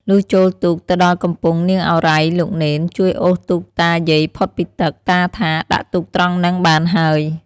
លុះចូលទូកទៅដល់កំពង់ នាងឱរ៉ៃ លោកនេន ជួយអូសទូកតាយាយផុតពីទឹក ។ តាថា ដាក់ទូកត្រង់ហ្នឹងបានហើយ" ។